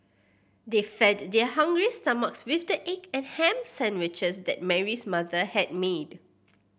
they fed their hungry stomachs with the egg and ham sandwiches that Mary's mother had made